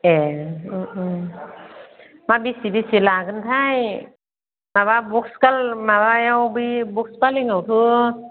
ए मा बेसे बेसे लागोनथाय माबा बक्सखाल माबायाव बै बक्स फालेंआवथ'